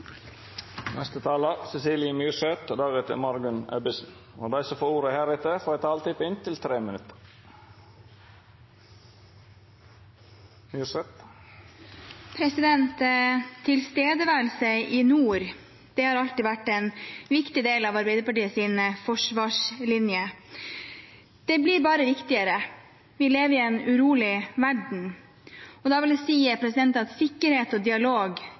som heretter får ordet, har ei taletid på inntil 3 minutt. Tilstedeværelse i nord har alltid vært en viktig del av Arbeiderpartiets forsvarslinje. Det blir bare viktigere. Vi lever i en urolig verden, og da vil jeg si at sikkerhet og dialog